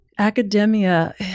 Academia